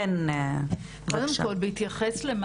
קודם כל,